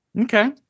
Okay